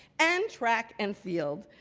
and track and field.